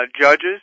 judges